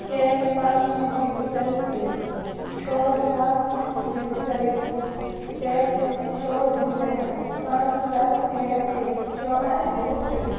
ଚାରି ପାଞ୍ଚ ଦୁଇହଜାର କୋଡ଼ିଏ ଛଅ ସାତ ଦୁଇହଜାର ଏକୋଇଶି ଚାରି ଛଅ ଦୁଇହଜାର ବାଇଶି ପାଞ୍ଚ ସାତ ଦୁଇହଜାର ତେଇଶି ଛଅ ଆଠ ଦୁଇହଜାର ଚବିଶି